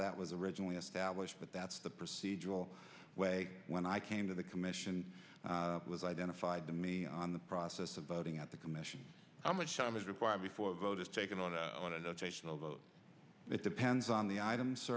that was originally established but that's the procedural way when i came to the commission was identified to me on the process of voting at the commission how much time is required before a vote is taken on it depends on the items